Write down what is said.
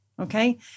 Okay